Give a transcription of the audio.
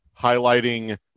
highlighting